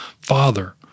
Father